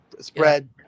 Spread